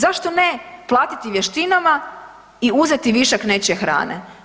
Zašto ne platiti vještinama i uzeti višak nečije hrane.